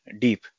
deep